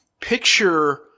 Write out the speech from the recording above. picture